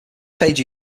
page